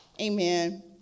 amen